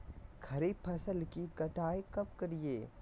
खरीफ फसल की कटाई कब करिये?